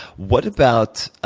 what about